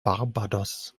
barbados